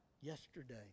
yesterday